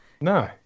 No